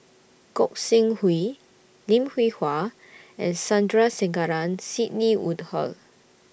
Gog Sing Hooi Lim Hwee Hua and Sandrasegaran Sidney Woodhull